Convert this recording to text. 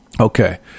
Okay